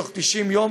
תוך 90 יום,